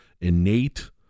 innate